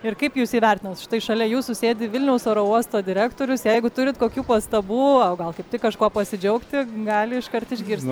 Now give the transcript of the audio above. ir kaip jūs įvertinot štai šalia jūsų sėdi vilniaus oro uosto direktorius jeigu turit kokių pastabų o gal kaip tik kažkuo pasidžiaugti gali iškart išgirsti